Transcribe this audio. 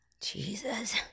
Jesus